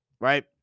right